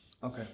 Okay